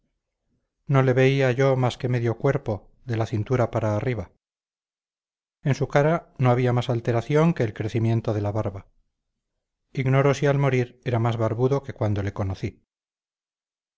veía yo más que medio cuerpo de la cintura para arriba en su cara no había más alteración que el crecimiento de la barba ignoro si al morir era más barbudo que cuando le conocí